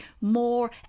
more